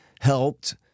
helped